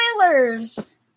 spoilers